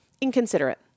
inconsiderate